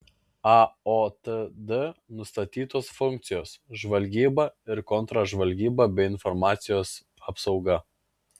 aotd nustatytos funkcijos žvalgyba ir kontržvalgyba bei informacijos apsauga